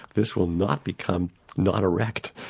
this will not become non-erect.